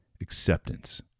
acceptance